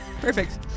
Perfect